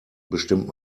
bestimmt